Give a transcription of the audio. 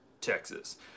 texas